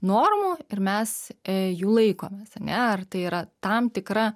normų ir mes jų laikomės ane ir tai yra tam tikra